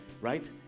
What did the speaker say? right